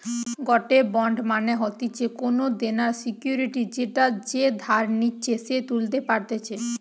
গটে বন্ড মানে হতিছে কোনো দেনার সিকুইরিটি যেটা যে ধার নিচ্ছে সে তুলতে পারতেছে